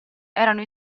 erano